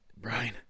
Brian